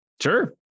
sure